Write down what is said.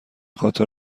خاطر